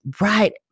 right